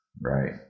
Right